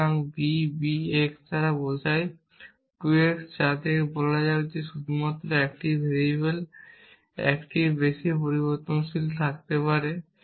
সুতরাং b b x দ্বারা বোঝায় 2 x যা থেকে বলা যাক শুধুমাত্র 1টি ভেরিয়েবলে 1টির বেশি পরিবর্তনশীল থাকতে পারে